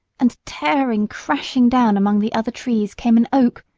and tearing, crashing down among the other trees came an oak,